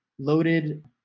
loaded